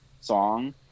song